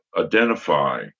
identify